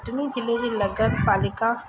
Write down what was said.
कटनी ज़िले जे नगर पालिका